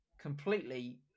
completely